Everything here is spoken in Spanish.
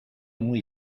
muy